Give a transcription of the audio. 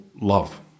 love